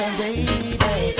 baby